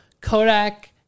Kodak